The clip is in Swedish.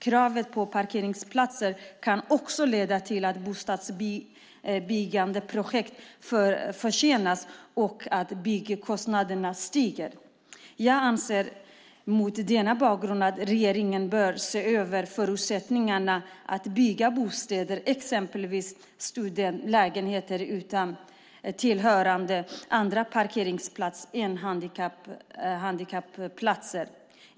Kravet på parkeringsplatser kan också leda till att bostadsbyggnadsprojekt försenas och att byggkostnaderna stiger. Jag anser mot denna bakgrund att regeringen bör se över förutsättningarna att bygga bostäder, exempelvis studentlägenheter, utan tillhörande andra parkeringsplatser än handikapplatser.